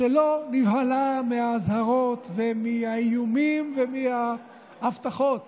שלא נבהלה מהאזהרות, מהאיומים ומההבטחות